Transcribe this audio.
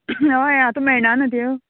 हय आतां मेळना न्हू त्यो